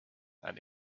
and